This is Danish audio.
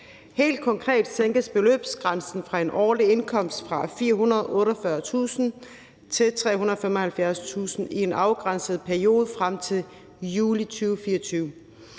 Helt konkret sænkes beløbsgrænsen fra en årlig indkomst på 448.000 kr. til 375.000 kr. i en afgrænset periode frem til juli 2024.